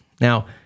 Now